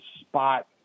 spot